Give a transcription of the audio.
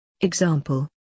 Example